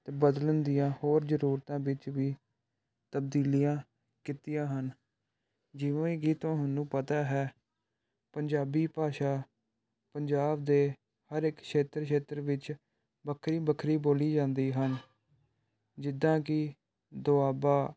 ਬਦਲਣ ਦੀਆ ਹੋਰ ਜ਼ਰੂਰਤਾਂ ਵਿੱਚ ਵੀ ਤਬਦੀਲੀਆਂ ਕੀਤੀਆਂ ਹਨ ਜਿਵੇਂ ਕਿ ਤੁਹਾਨੂੰ ਪਤਾ ਹੈ ਪੰਜਾਬੀ ਭਾਸ਼ਾ ਪੰਜਾਬ ਦੇ ਹਰ ਇੱਕ ਖੇਤਰ ਖੇਤਰ ਵਿੱਚ ਵੱਖਰੀ ਵੱਖਰੀ ਬੋਲੀ ਜਾਂਦੀ ਹਨ ਜਿੱਦਾਂ ਕਿ ਦੁਆਬਾ